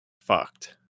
fucked